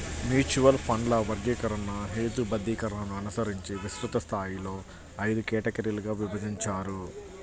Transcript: mutual ఫండ్ల వర్గీకరణ, హేతుబద్ధీకరణను అనుసరించి విస్తృత స్థాయిలో ఐదు కేటగిరీలుగా విభజించారు